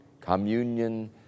Communion